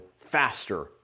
Faster